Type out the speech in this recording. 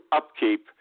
upkeep